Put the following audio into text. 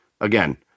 Again